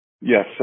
Yes